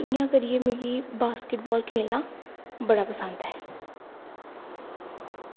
ते इंया करियै मिगी बास्केटबॉल खेल्लना पसंद ऐ